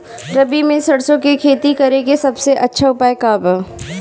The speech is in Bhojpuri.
रबी में सरसो के खेती करे के सबसे अच्छा उपाय का बा?